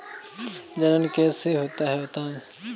जनन कैसे होता है बताएँ?